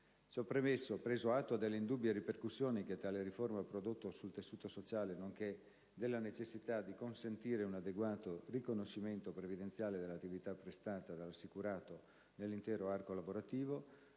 Ciò premesso - preso atto delle indubbie ripercussioni che tale riforma ha prodotto sul tessuto sociale nonché della necessità di consentire un adeguato riconoscimento previdenziale all'attività prestata dall'assicurato nell'intero arco lavorativo